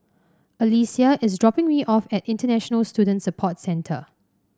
Alesia is dropping me off at International Student Support Centre